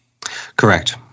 Correct